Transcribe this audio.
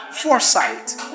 Foresight